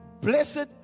blessed